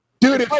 Dude